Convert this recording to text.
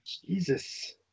Jesus